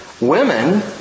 Women